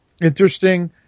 interesting